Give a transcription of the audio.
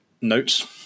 notes